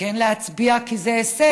וכן להצביע, כי זה הישג.